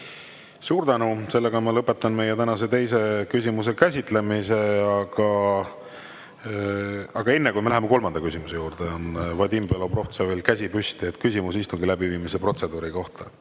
Suur tänu! Ma lõpetan meie tänase teise küsimuse käsitlemise. Enne kui me läheme kolmanda küsimuse juurde, on Vadim Belobrovtsevil käsi püsti, küsimus istungi läbiviimise protseduuri kohta.